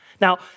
Now